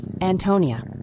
Antonia